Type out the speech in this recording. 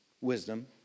wisdom